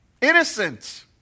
innocent